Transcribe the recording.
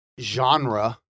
genre